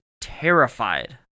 terrified